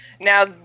Now